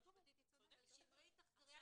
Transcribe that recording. אבל משפטית היא צודקת.